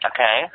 Okay